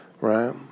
right